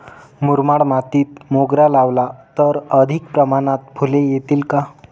मुरमाड मातीत मोगरा लावला तर अधिक प्रमाणात फूले येतील का?